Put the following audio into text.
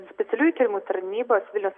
specialiųjų tyrimų tarnybos vilniaus